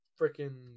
freaking